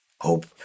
hope